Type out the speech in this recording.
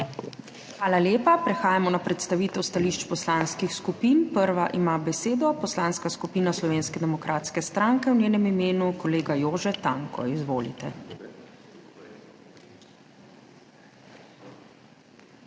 Hvala lepa. Prehajamo na predstavitev stališč poslanskih skupin. Prva ima besedo Poslanska skupina Slovenske demokratske stranke, v njenem imenu kolega Jože Tanko. Izvolite. **JOŽE